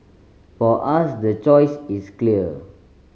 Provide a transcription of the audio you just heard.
for us the choice is clear